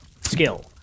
skill